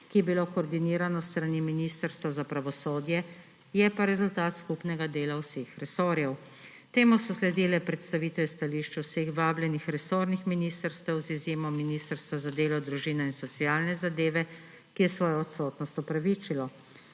ki je bilo koordinirano s strani Ministrstva za pravosodje, je pa rezultat skupnega dela vseh resorjev. Temu so sledile predstavitve stališč vseh vabljenih resornih ministrstev z izjemo Ministrstva za delo, družino, socialne zadeve in enake možnosti, ki je svojo odsotnost opravičilo.